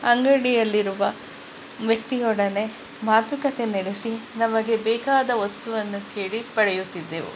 ಅಂಗಡಿಯಲ್ಲಿರುವ ವ್ಯಕ್ತಿಯೊಡನೆ ಮಾತುಕತೆ ನಡೆಸಿ ನಮಗೆ ಬೇಕಾದ ವಸ್ತುವನ್ನು ಕೇಳಿ ಪಡೆಯುತ್ತಿದ್ದೆವು